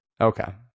okay